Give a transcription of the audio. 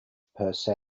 perce